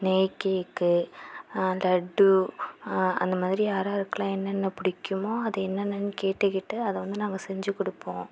நெய் கேக்கு லட்டு அந்தமாதிரி யாருயாருக்குலாம் என்னென்ன பிடிக்குமோ அது என்னென்னனு கேட்டுக்கிட்டு அதை வந்து நாங்கள் செஞ்சு கொடுப்போம்